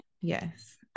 yes